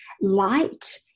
light